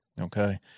Okay